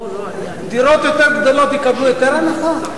דירות יותר גדולות יקבלו יותר הנחה?